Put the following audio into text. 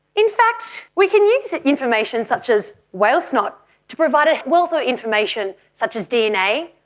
in fact, we can use information such as whale snot to provide a wealth of information, such as dna,